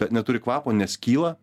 neturi kvapo neskyla